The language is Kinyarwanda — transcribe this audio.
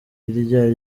ari